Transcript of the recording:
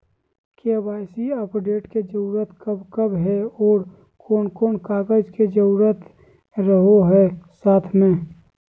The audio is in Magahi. के.वाई.सी अपडेट के जरूरत कब कब है और कौन कौन कागज के जरूरत रहो है साथ में?